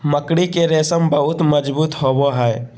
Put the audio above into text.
मकड़ी के रेशम बहुत मजबूत होवो हय